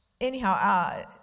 anyhow